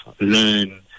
learn